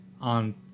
on